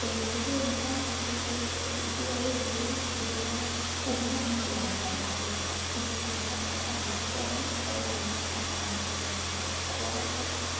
এইটো এইটো এনেকুৱা হয় বুলি ক'ব পাৰি যে ইটো আৰু সিটো দুয়োটা পুহিলে আমি লাভ হওঁগৈ কিন্তু কোনোবা এটা বেছিকৈ হয় আৰু কোনোবা এটা কমকৈ হয় সিহঁতক খোৱাৰ ওপৰত কথা